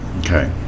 Okay